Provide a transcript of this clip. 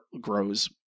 grows